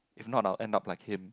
if not I'll end up like him